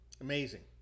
Amazing